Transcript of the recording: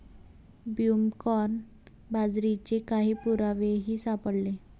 broomcorn बाजरीचे काही पुरावेही सापडले